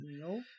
No